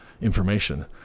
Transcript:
information